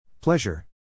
Pleasure